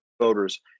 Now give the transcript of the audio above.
voters